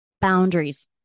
Boundaries